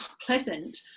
pleasant